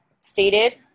stated